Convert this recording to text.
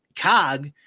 cog